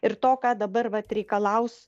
ir to ką dabar vat reikalaus